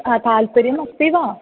तात्पर्यमस्ति वा